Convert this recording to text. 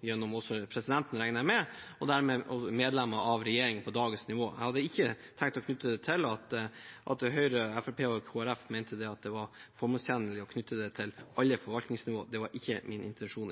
regner jeg med – og også medlemmer av regjeringen, på dagens nivå. Jeg hadde ikke tenkt å knytte det til at Høyre, Fremskrittspartiet og Kristelig Folkeparti mente det var formålstjenlig å knytte det til alle forvaltningsnivå, det var i hvert fall ikke min intensjon.